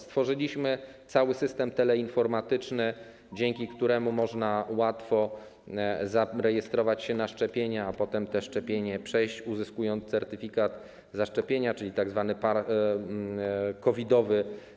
Stworzyliśmy cały system teleinformatyczny, dzięki któremu można łatwo zarejestrować się na szczepienia, a potem to szczepienie przejść i uzyskać certyfikat zaszczepienia, czyli tzw. paszport COVID-owy.